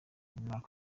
umwaka